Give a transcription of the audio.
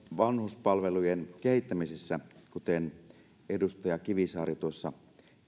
vanhuspalveluiden kehittämisessä kuten edustaja kivisaari tuossa